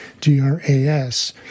G-R-A-S